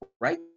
right